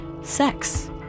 sex